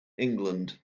england